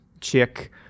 Chick